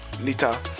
later